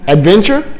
Adventure? (